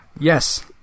Yes